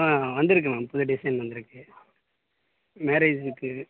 ஆ வந்துருக்கு மேம் புது டிசைன் வந்துருக்கு மேரேஜுக்கு